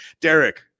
derek